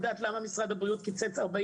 אני רוצה לדעת למה משרד הבריאות קיצץ 40